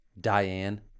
Diane